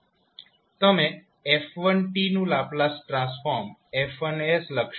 તમે function f1 નું Laplace transform F1 લખશો